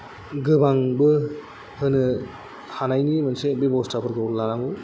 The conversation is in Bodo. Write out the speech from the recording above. गोबांबो होनो हानायनि मोनसे बेब'स्थाफोरखौ लानांगौ